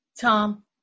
Tom